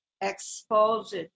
exposed